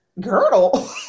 girdle